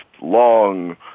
long